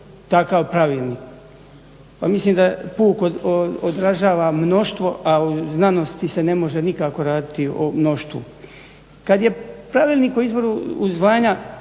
takav pravilnik. Pa mislim da puk odražava mnoštvo, a u znanosti se ne može nikako raditi o mnoštvu. Kad je Pravilnik o izboru u zvanja